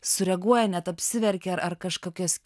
sureaguoja net apsiverkia ar ar kažkokios